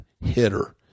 hitter